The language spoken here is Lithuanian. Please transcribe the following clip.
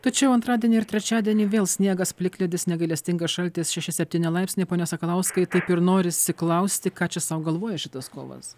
tačiau antradienį ir trečiadienį vėl sniegas plikledis negailestingas šaltis šeši septyni laipsniai pone sakalauskai taip ir norisi klausti ką čia sau galvoja šitas kovas